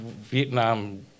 Vietnam